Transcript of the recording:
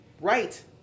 right